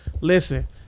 Listen